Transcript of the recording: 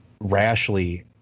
rashly